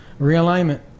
realignment